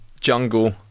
jungle